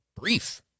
brief